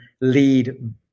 lead